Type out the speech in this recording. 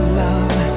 love